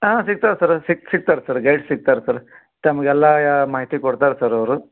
ಹಾಂ ಸಿಗ್ತಾವೆ ಸರ ಸಿಕ್ತಾರೆ ಸರ್ ಗೈಡ್ ಸಿಕ್ತಾರೆ ಸರ್ ತಮಗೆಲ್ಲ ಮಾಹಿತಿ ಕೊಡ್ತಾರೆ ಸರ್ ಅವರು